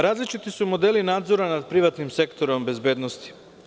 Različiti su modeli nadzora nad privatnim sektorom bezbednosti.